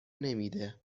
نمیده